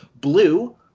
blue